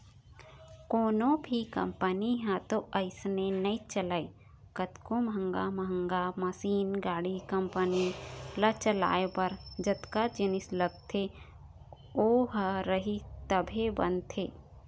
कोनो भी कंपनी ह तो अइसने नइ चलय कतको महंगा महंगा मसीन, गाड़ी, कंपनी ल चलाए बर जतका जिनिस लगथे ओ ह रही तभे बनथे